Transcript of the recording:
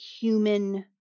human